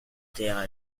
terres